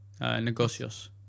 negocios